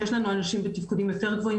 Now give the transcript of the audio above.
יש לנו אנשים בתפקודים יותר גבוהים